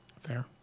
Fair